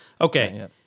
okay